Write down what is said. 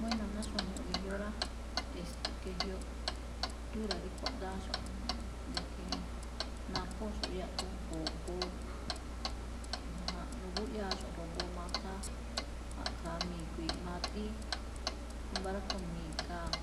Bueno, ná xuajñuꞌ ge̱jyo rá, e̱st- ge̱jyoꞌ kultura rí kuaꞌdááxo̱ꞌ, de que naphóxo̱ꞌ yaꞌduun jo̱boo, ajánꞌ. Núgúyáaxo̱ꞌ jo̱boo matháá, ma̱ꞌkha̱a mi̱gui̱i̱ꞌ madíí, ámba̱ róꞌkho̱ mi̱ga̱a̱.